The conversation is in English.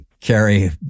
carry